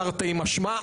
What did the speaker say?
תרתי משמע,